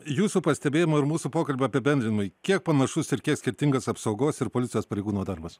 jūsų pastebėjimui ir mūsų pokalbio apibendrinimui kiek panašus ir kiek skirtingas apsaugos ir policijos pareigūno darbas